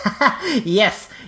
yes